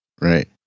Right